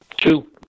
Two